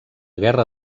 guerra